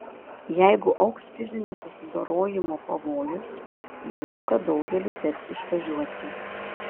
jeigu augs fizinio susidorojimo pavojus manau kad daugeliui teks išvažiuoti